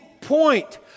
point